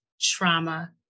Trauma